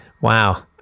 Wow